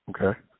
okay